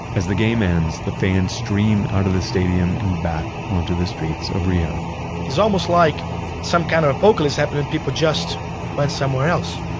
as the game ends, the fans stream out of the stadium and back onto the streets of rio it's almost like some kind of apocalypse happened, and people just went somewhere else.